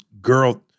girl